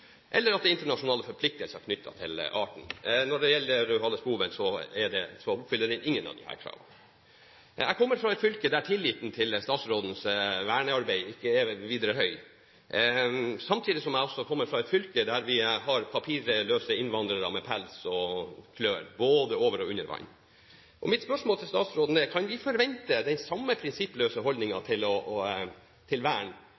eller at det er internasjonale forpliktelser knyttet til arten. Når det gjelder svarthalespoven, fyller den ingen av disse kravene. Jeg kommer fra et fylke der tilliten til statsrådens vernearbeid ikke er videre høy, samtidig som jeg også kommer fra et fylke der vi har papirløse innvandrere med pels og klør, både over og under vann. Mitt spørsmål til statsråden er: Kan vi forvente den samme prinsippløse holdningen til vern